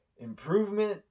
Improvement